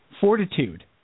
Fortitude